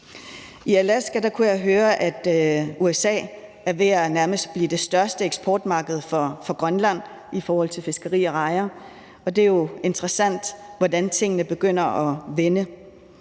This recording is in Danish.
I Alaska kunne jeg høre, at USA er ved nærmest at blive det største eksportmarked for Grønland i forhold til fiskeri af rejer, og det er jo interessant, hvordan tingene begynder at vende.